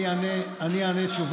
אני אענה תשובות.